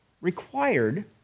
required